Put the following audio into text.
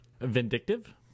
Vindictive